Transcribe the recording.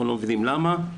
אנחנו לא מבינים למה,